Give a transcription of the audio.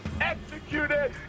executed